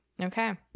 Okay